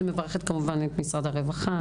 מברכת כמובן את משרד הרווחה,